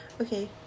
okay